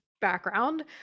background